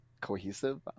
cohesive